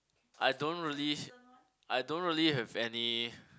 I don't really I don't really have any